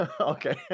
okay